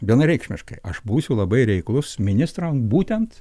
vienareikšmiškai aš būsiu labai reiklus ministram būtent